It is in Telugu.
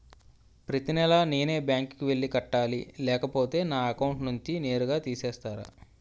ప్రతి నెల నేనే బ్యాంక్ కి వెళ్లి కట్టాలి లేకపోతే నా అకౌంట్ నుంచి నేరుగా తీసేస్తర?